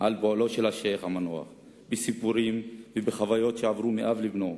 על פועלו של השיח' המנוח בסיפורים ובחוויות שעברו מאב לבנו,